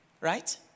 Right